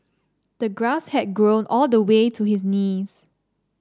the grass had grown all the way to his knees